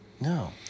No